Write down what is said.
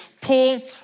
Paul